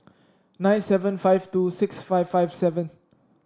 nine seven five two six five five seven